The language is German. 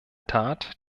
tat